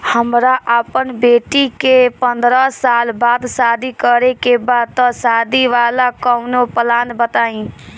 हमरा अपना बेटी के पंद्रह साल बाद शादी करे के बा त शादी वाला कऊनो प्लान बताई?